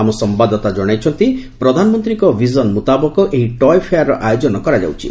ଆମ ସମ୍ଭାଦଦାତା କଣାଇଛନ୍ତି ପ୍ରଧାନମନ୍ତ୍ରୀଙ୍କ ଭିଜନ ମୁତାବକ ଏହି ଟୟେ ଫେୟାର୍ର ଆୟୋଜନ କରାଯାଉଛି